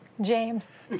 James